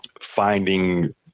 finding